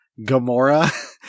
Gamora